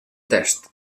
test